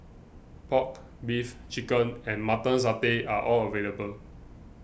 Pork Beef Chicken and Mutton Satay are all available